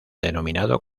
denominado